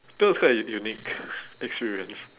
that was quite a unique experience